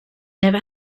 never